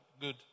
Good